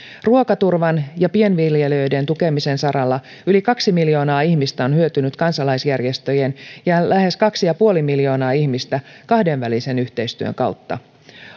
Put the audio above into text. ruokaturvan ja pienviljelijöiden tukemisen saralla yli kaksi miljoonaa ihmistä on hyötynyt kansalaisjärjestöjen ja lähes kaksi ja puoli miljoonaa ihmistä kahdenvälisen yhteistyön kautta